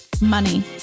money